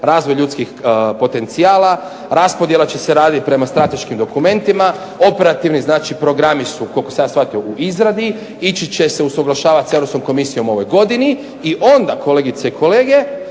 razvoj ljudskih potencijala. Raspodjela će se raditi prema strateškim dokumentima, operativni znači programi su koliko sam ja shvatio u izradi, ići će se usaglašavati sa Europskom komisijom u ovoj godini i onda kolegice i kolege